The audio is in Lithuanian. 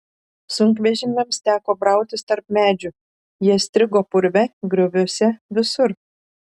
sunkvežimiams teko brautis tarp medžių jie strigo purve grioviuose visur